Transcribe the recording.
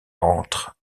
entre